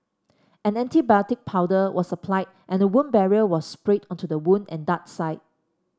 an antibiotic powder was applied and a wound barrier was sprayed onto the wound and dart site